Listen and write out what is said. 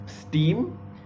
steam